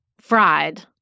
fried